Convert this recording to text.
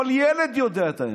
כל ילד יודע את האמת.